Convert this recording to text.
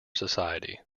society